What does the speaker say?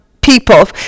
people